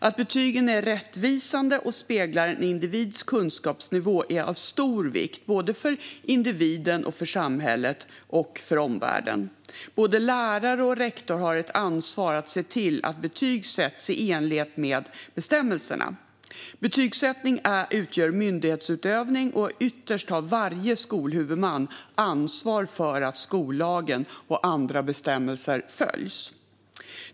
Att betygen är rättvisande och speglar en individs kunskapsnivå är av stor vikt både för individen, för samhället och för omvärlden. Både lärare och rektor har ett ansvar att se till att betyg sätts i enlighet med bestämmelserna. Betygsättning utgör myndighetsutövning, och ytterst har varje skolhuvudman ansvar för att skollagen och andra bestämmelser följs.